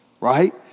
right